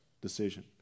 decision